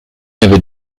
avait